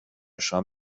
شام